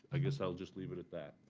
i guess i'll just leave it at that.